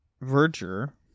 Verger